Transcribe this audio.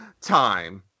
Time